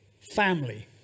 family